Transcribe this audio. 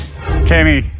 Kenny